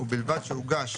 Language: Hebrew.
ובלבד שהוגש,